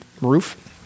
roof